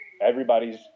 Everybody's